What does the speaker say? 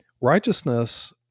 righteousness